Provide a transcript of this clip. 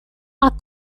are